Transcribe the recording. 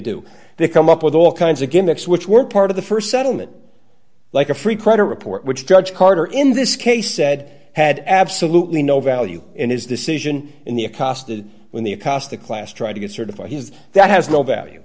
do they come up with all kinds of gimmicks which were part of the st settlement like a free credit report which judge carter in this case said had absolutely no value in his decision in the apostasy when the cost to class trying to get certified he's that has no value